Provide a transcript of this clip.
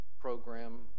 program